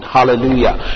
Hallelujah